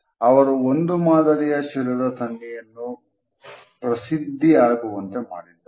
ಅವರು ಒಂದು ಮಾದರಿಯ ಶಿರದ ಸನ್ನೆಯನ್ನು ಪ್ರಸಿದ್ಧಿ ಆಗುವಂತೆ ಮಾಡಿದ್ದಾರೆ